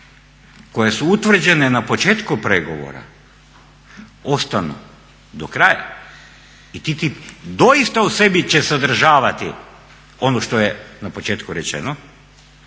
koje su utvrđene na početku pregovora ostanu do kraja i TTIP doista u sebi će sadržavati ono što je na početku rečeno,